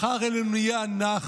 מחר אלה נהיה אנחנו.